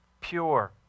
pure